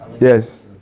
yes